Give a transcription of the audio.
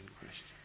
question